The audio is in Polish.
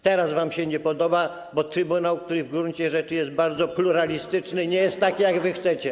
Teraz wam się nie podoba, bo trybunał, który w gruncie rzeczy jest bardzo pluralistyczny, nie jest taki, jak wy chcecie.